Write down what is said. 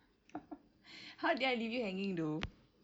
how did I leave you hanging though